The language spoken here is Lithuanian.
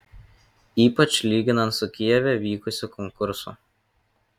ypač lyginant su kijeve vykusiu konkursu